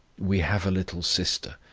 we have a little sister,